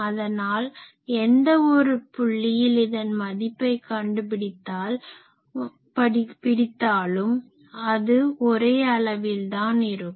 அதனால் எந்த ஒரு புள்ளியில் இதன் மதிப்பை கண்டு பிடித்தாலும் அது ஒரே அளவில் தான் இருக்கும்